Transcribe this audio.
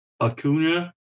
Acuna